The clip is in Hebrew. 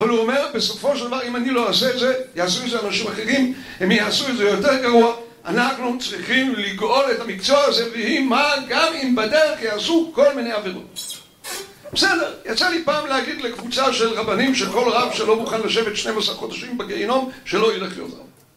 אבל הוא אומר, בסופו של דבר אם אני לא אעשה את זה, יעשו את זה אנשים אחרים, הם יעשו את זה יותר גרוע אנחנו צריכים לגאול את המקצוע הזה, ויהי מה, גם אם בדרך יעשו כל מיני עבירות בסדר, יצא לי פעם להגיד לקבוצה של רבנים, שכל רב שלא מוכן לשבת 12 חודשים בגיהינום, שלא ילך להיות רב